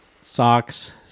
socks